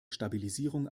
stabilisierung